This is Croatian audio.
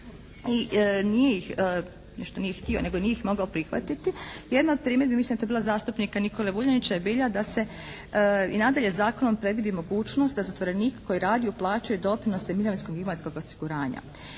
i nije ih, što nije htio nego nije ih mogao prihvatiti. Jedna od primjedbi mislim da je to bila zastupnika Nikole Vuljanića je bila da se i nadalje zakonom predvidi mogućnost da zatvorenik koji radi, uplaćuje doprinose mirovinskog i invalidskog osiguranja.